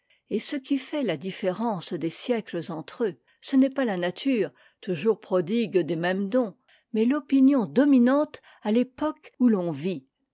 et ce qui fait la différence des siècles entre eux ce n'est pas la nature toujours prodigue des mêmes dons mais l'opinion dominante à l'époque où l'on vit